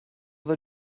they